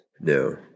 No